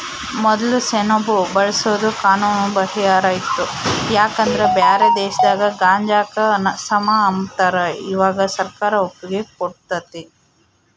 ಮೊದ್ಲು ಸೆಣಬು ಬೆಳ್ಸೋದು ಕಾನೂನು ಬಾಹಿರ ಇತ್ತು ಯಾಕಂದ್ರ ಬ್ಯಾರೆ ದೇಶದಾಗ ಗಾಂಜಾಕ ಸಮ ಅಂಬತಾರ, ಇವಾಗ ಸರ್ಕಾರ ಒಪ್ಪಿಗೆ ಕೊಟ್ಟತೆ